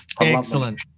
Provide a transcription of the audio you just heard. Excellent